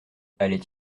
allait